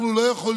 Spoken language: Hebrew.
אנחנו לא יכולים